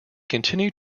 continue